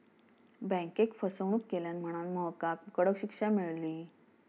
बँकेक फसवणूक केल्यान म्हणांन महकाक कडक शिक्षा मेळली